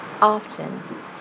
often